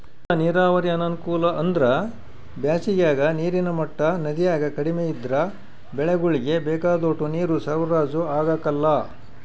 ಮದ್ದ ನೀರಾವರಿ ಅನಾನುಕೂಲ ಅಂದ್ರ ಬ್ಯಾಸಿಗಾಗ ನೀರಿನ ಮಟ್ಟ ನದ್ಯಾಗ ಕಡಿಮೆ ಇದ್ರ ಬೆಳೆಗುಳ್ಗೆ ಬೇಕಾದೋಟು ನೀರು ಸರಬರಾಜು ಆಗಕಲ್ಲ